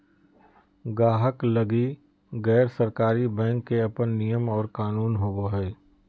गाहक लगी गैर सरकारी बैंक के अपन नियम और कानून होवो हय